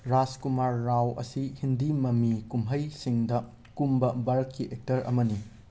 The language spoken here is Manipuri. ꯔꯥꯖꯀꯨꯃꯥꯔ ꯔꯥꯎ ꯑꯁꯤ ꯍꯤꯟꯗꯤ ꯃꯃꯤ ꯀꯨꯝꯍꯩꯁꯤꯡꯗ ꯀꯨꯝꯕ ꯚꯥꯔꯠꯀꯤ ꯑꯦꯛꯇꯔ ꯑꯃꯅꯤ